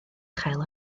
chael